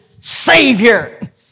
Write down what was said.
Savior